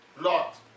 Lot